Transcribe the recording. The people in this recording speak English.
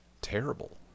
terrible